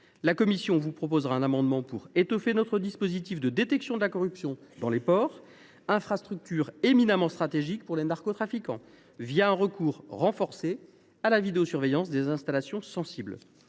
La commission vous proposera un amendement visant à étoffer notre dispositif de détection de la corruption dans les ports, infrastructures éminemment stratégiques pour les narcotrafiquants, un recours renforcé à la vidéosurveillance des installations sensibles.